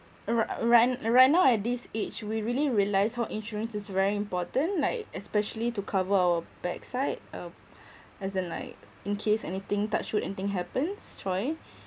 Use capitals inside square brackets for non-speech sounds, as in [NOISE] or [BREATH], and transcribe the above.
uh right uh right uh right now at this age we really realise how insurance is very important like especially to cover our backside uh [BREATH] as in like in case anything touch wood anything happens !choy!